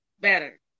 better